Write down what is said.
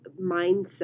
mindset